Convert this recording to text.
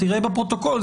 תראה בפרוטוקול,